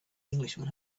englishman